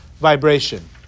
vibration